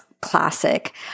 classic